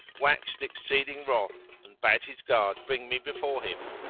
waxed exceeding wroth and bade his guard bring me before him.